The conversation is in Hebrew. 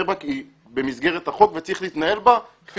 בני ברק היא במסגרת החוק וצריך להתנהל בה כפי